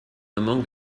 among